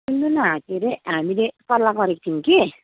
सुन्नु न के अरे हामीले सल्लाह गरेको थियौँ कि